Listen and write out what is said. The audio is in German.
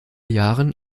jahren